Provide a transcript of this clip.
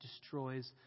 destroys